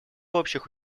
общих